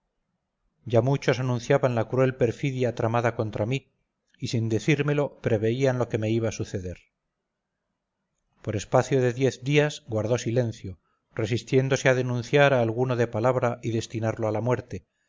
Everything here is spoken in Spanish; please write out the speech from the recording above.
ya muchos anunciaban la cruel perfidia tramada contra mí y sin decírmelo preveían lo que me iba a suceder por espacio de diez días guardó silencio resistiéndose a denunciar a alguno de palabra y destinarlo a la muerte